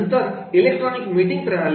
नंतर electronic meeting प्रणाली